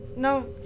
No